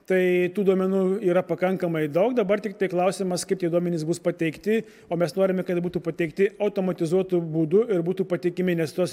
tai tų duomenų yra pakankamai daug dabar tiktai klausimas kaip tie duomenys bus pateikti o mes norime kad būtų pateikti automatizuotu būdu ir būtų patikimi nes tos